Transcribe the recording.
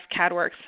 CadWorks